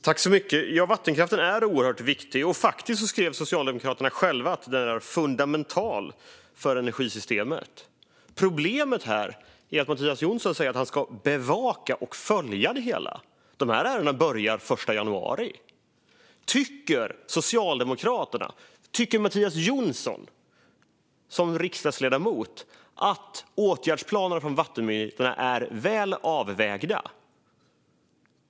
Fru talman! Ja, vattenkraften är oerhört viktig, och faktiskt skrev Socialdemokraterna själva att den är fundamental för energisystemet. Problemet är att Mattias Jonsson säger att han ska bevaka och följa detta. Dessa ärenden börjar den 1 januari. Tycker Socialdemokraterna och riksdagsledamoten Mattias Jonsson att åtgärdsplanerna från vattenmyndigheterna är väl avvägda?